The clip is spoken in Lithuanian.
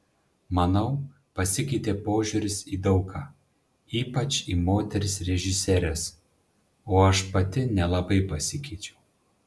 manau pasikeitė požiūris į daug ką ypač į moteris režisieres o aš pati nelabai pasikeičiau